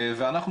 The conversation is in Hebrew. אנחנו